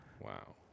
wow